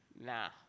Nah